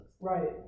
Right